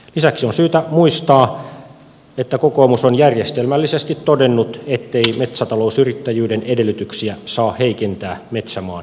lisäksi on syytä muistaa että kokoomus on järjestelmällisesti todennut ettei metsätalousyrittäjyyden edellytyksiä saa heikentää metsämaan kiinteistöverolla